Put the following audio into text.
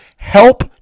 Help